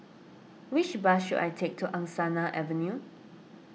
which bus should I take to Angsana Avenue